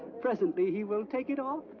presently he will take it off?